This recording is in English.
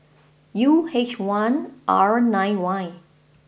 U H one R nine Y